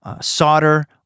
solder